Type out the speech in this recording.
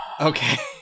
okay